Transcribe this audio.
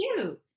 cute